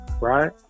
right